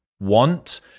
want